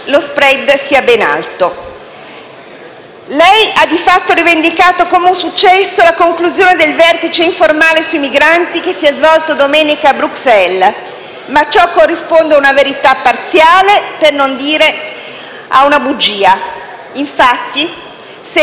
lo *spread* sia ben alto. Lei ha di fatto rivendicato come un successo la conclusione del vertice informale sui migranti che si è svolto domenica a Bruxelles, ma ciò corrisponde a una verità parziale, per non dire a una bugia. Infatti, se